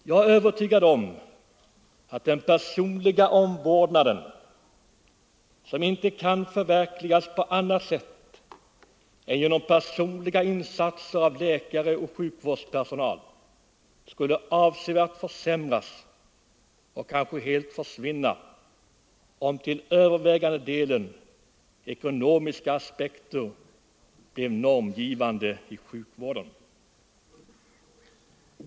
Jag är övertygad om att den personliga omvårdnaden, som inte kan förverkligas på annat sätt än genom personliga insatser av läkare och annan sjukvårdspersonal, skulle avsevärt försämras och kanske helt försvinna om till övervägande delen ekonomiska aspekter blev normgivande i sjukvården.